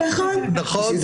התקנתם את תקנות